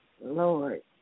Lord